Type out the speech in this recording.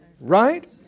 Right